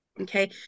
Okay